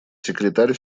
секретарь